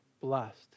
blessed